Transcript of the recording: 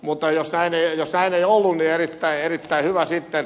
mutta jos näin ei ollut niin erittäin hyvä sitten